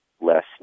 less